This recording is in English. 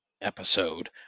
episode